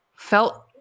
felt